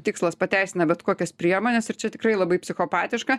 tikslas pateisina bet kokias priemones ir čia tikrai labai psichopatiška